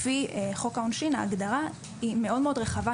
אחראי לפי חוק העונשין ההגדרה היא מאוד מאוד רחבה,